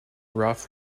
rough